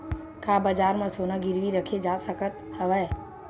का बजार म सोना गिरवी रखे जा सकत हवय?